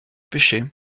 pêchai